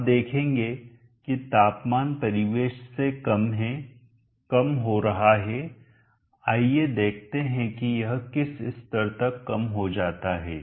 आप देखेंगे कि तापमान परिवेश से कम है कम हो रहा है आइए देखते हैं कि यह किस स्तर तक कम हो जाता है